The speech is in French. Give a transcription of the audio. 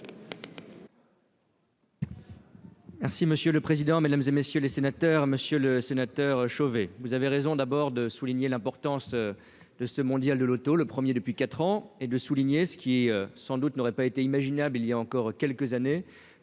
Merci monsieur le président, Mesdames et messieurs les sénateurs, Monsieur le Sénateur Chauvé, vous avez raison d'abord de souligner l'importance de ce Mondial de l'auto, le 1er depuis 4 ans, et de souligner ce qui est sans doute, n'auraient pas été imaginables il y a encore quelques années,